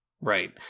Right